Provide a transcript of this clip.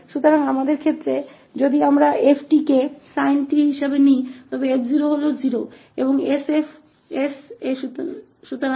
इसलिए हमारे मामले में यदि हम इसे 𝑓𝑡 के रूप में लेते हैं sin 𝑡 f 0 है और 𝑠𝐹𝑠 है